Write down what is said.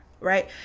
Right